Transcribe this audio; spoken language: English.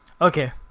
Okay